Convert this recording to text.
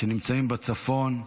שנמצא בצפון.